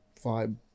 vibe